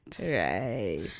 right